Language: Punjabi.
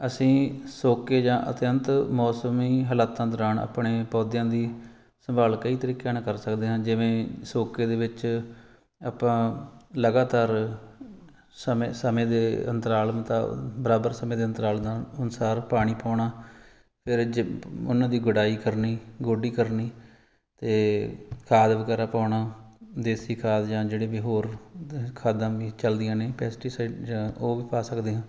ਅਸੀਂ ਸੋਕੇ ਜਾਂ ਅਤਿਅੰਤ ਮੌਸਮੀ ਹਾਲਾਤਾਂ ਦੌਰਾਨ ਆਪਣੇ ਪੌਦਿਆਂ ਦੀ ਸੰਭਾਲ ਕਈ ਤਰੀਕਿਆਂ ਨਾਲ ਕਰ ਸਕਦੇ ਹਾਂ ਜਿਵੇਂ ਸੋਕੇ ਦੇ ਵਿੱਚ ਆਪਾਂ ਲਗਾਤਾਰ ਸਮੇਂ ਸਮੇਂ ਦੇ ਅੰਤਰਾਲ ਮੁਤਾ ਬਰਾਬਰ ਸਮੇਂ ਦੇ ਅੰਤਰਾਲ ਨਾਲ ਅਨੁਸਾਰ ਪਾਣੀ ਪਾਉਣਾ ਫਿਰ ਜ ਉਨ੍ਹਾਂ ਦੀ ਗੁਡਾਈ ਕਰਨੀ ਗੋਡੀ ਕਰਨੀ ਅਤੇ ਖਾਦ ਵਗੈਰਾ ਪਾਉਣਾ ਦੇਸੀ ਖਾਦ ਜਾਂ ਜਿਹੜੇ ਵੀ ਹੋਰ ਖਾਦਾਂ ਵੀ ਚੱਲਦੀਆਂ ਨੇ ਪੈਸਟੀਸਾਈਟ ਜਾਂ ਉਹ ਵੀ ਪਾ ਸਕਦੇ ਹਾਂ